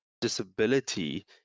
disability